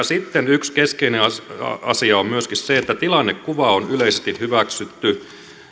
sitten yksi keskeinen asia on myöskin se että tilannekuva on yleisesti hyväksytty